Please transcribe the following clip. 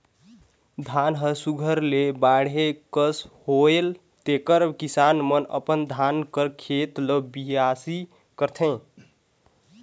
धान हर सुग्घर ले बाढ़े कस होएल तेकर किसान मन अपन धान कर खेत ल बियासी करथे